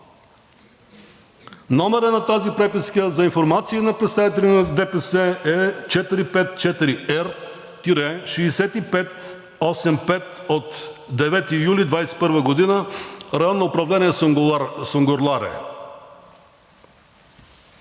Номерът на тази преписка за информация на представителя на ДПС е 454Р-6585 от 9 юли 2021 г., Районно управление – Сунгурларе.